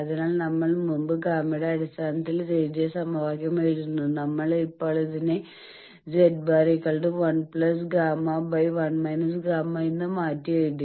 അതിനാൽ നമ്മൾ മുമ്പ് ഗാമയുടെ അടിസ്ഥാനത്തിൽ എഴുതിയ സമവാക്യം എഴുതുന്നു നമ്മൾ ഇപ്പോൾ അതിനെ z̄1 Γ1 Γ എന്ന് മാറ്റി എഴുതി